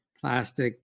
plastic